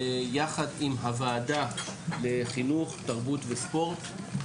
יחד עם הוועדה לחינוך, תרבות וספורט.